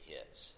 Hits